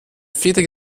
feder